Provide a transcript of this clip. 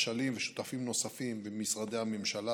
אשלים ושותפים נוספים במשרדי הממשלה.